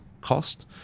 cost